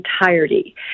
entirety